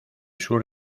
sur